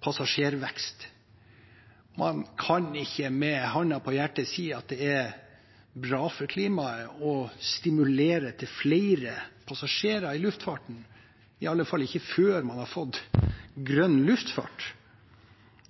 passasjervekst. Man kan ikke med hånden på hjertet si at det er bra for klimaet å stimulere til flere passasjerer i luftfarten, i alle fall ikke før man har fått grønn luftfart.